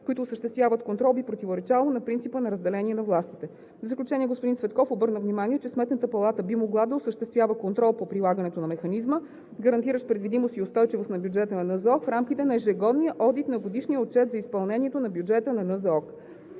които осъществяват контрол, би противоречало на принципа на разделение на властите. В заключение, господин Цветков обърна внимание, че Сметната палата би могла да осъществява контрол по прилагането на механизма, гарантиращ предвидимост и устойчивост на бюджета на Националната здравноосигурителна каса в рамките на ежегодния одит на годишния отчет за изпълнението на бюджета на